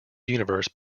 universe